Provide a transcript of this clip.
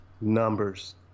Numbers